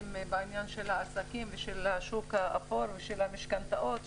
בעניין של העסקים ושל השוק האפור ושל המשכנתאות,